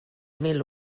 mil